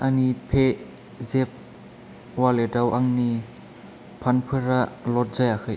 आंनि पेजेफ वालेटाव आंनि फान्डफोरा ल'ड जायाखै